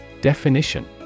Definition